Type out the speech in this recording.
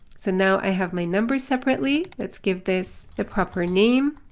so now i have my numbers separately. let's give this a proper name.